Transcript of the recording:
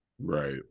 Right